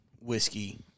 whiskey